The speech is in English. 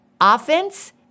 Offense